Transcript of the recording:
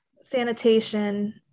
sanitation